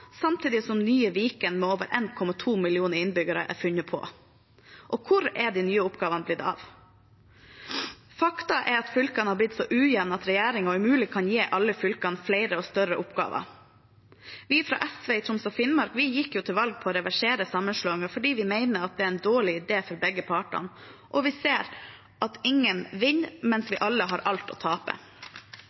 samtidig som nye Viken, med over 1,2 millioner innbyggere, er funnet på. Og hvor er de nye oppgavene blitt av? Fakta er at fylkene har blitt så ujevne at regjeringen umulig kan gi alle fylkene flere og større oppgaver. Vi fra SV i Troms og Finnmark gikk til valg på å reversere sammenslåingen fordi vi mener det er en dårlig idé for begge parter. Vi ser at ingen vinner, og at vi alle har alt å tape.